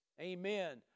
amen